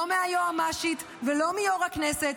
לא מהיועצת המשפטית ולא מיושב-ראש הכנסת.